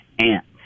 ants